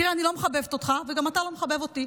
תראה, אני לא מחבבת אותך וגם אתה לא מחבב אותי,